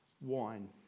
wine